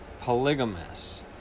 polygamous